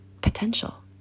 potential